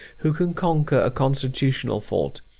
who can conquer a constitutional fault?